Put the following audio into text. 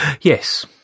yes